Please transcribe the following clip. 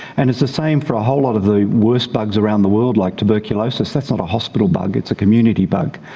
and it's the same for a whole lot of the worst bugs around the world like tuberculosis. that's not a hospital bug, it's a community bug.